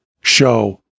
show